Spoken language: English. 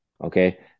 okay